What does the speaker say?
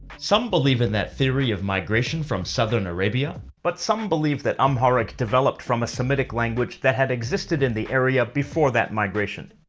some believe in that theory of migration from southern arabia, but some believe that amharic developed from a semitic language that had existed in the area before that migration.